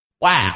Wow